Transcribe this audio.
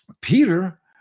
Peter